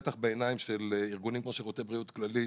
בטח בעיניים של ארגונים כמו שירותי בריאות כללית,